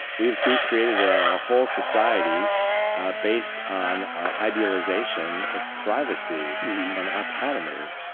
we've we've created a whole society based on our idealization of privacy and autonomy,